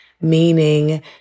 Meaning